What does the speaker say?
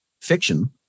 fiction